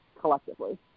collectively